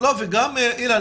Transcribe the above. אילן,